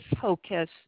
focus